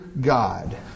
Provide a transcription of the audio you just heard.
God